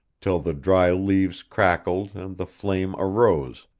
till the dry leaves crackled and the flame arose,